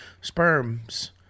sperms